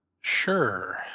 Sure